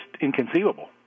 inconceivable